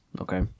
Okay